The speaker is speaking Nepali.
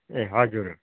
ए हजुर